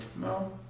No